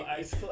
ice